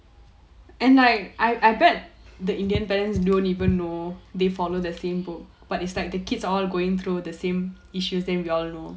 and I I I bet the indian parents don't even know they follow the same rule but it's like the kids are all going through the same issues then we all know